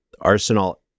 Arsenal